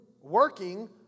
working